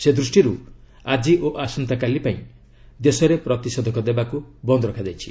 ସେ ଦୃଷ୍ଟିରୁ ଆଜି ଓ ଆସନ୍ତାକାଲି ପାଇଁ ଦେଶରେ ପ୍ରତିଷେଧକ ଦେବା ବନ୍ଦ ରହିଛି